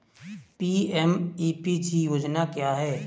PMEPG योजना क्या है?